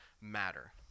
matter